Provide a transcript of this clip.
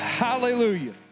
Hallelujah